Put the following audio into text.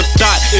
thought